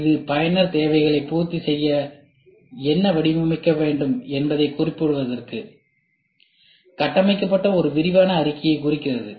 இது பயனர் தேவைகளை பூர்த்தி செய்ய என்ன வடிவமைக்கப்பட வேண்டும் என்பதைக் குறிப்பிடுவதற்கு கட்டமைக்கப்பட்ட ஒரு விரிவான அறிக்கையை குறிக்கிறது